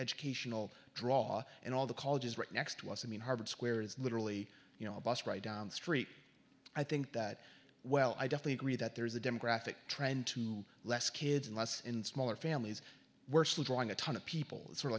educational draw and all the colleges right next to us i mean harvard square is literally you know a bus right down the street i think that well i definitely agree that there's a demographic trend to less kids and less in smaller families we're still drawing a ton of people